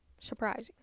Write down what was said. Surprising